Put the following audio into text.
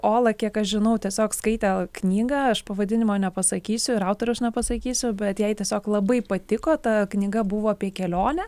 ola kiek žinau tiesiog skaitė knygą aš pavadinimo nepasakysiu ir autoriaus nepasakysiu bet jai tiesiog labai patiko ta knyga buvo apie kelionę